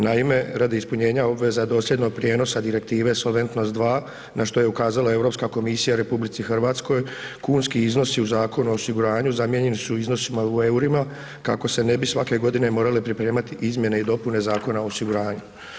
Naime, radi ispunjenja obveza dosljednog prijenosa Direktive Solventnost II na što je ukazala EU komisiji Republici Hrvatskoj, kunski iznosi u Zakonu o osiguranju zamijenjeni su iznosima u eurima kako se ne bi svake godine morale pripremati izmjene i dopune Zakona o osiguranju.